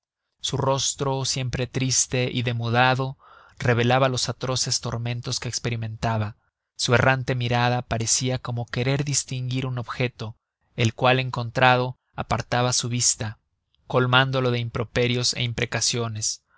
su rostro siempre triste y demudado revelaba los atroces tormentos que esperimentaba su errante mirada parecia como querer distinguir un objeto el cual encontrado apartaba su vista colmándolo de improperios